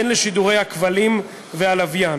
הן לשידורי הכבלים והלוויין.